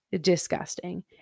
disgusting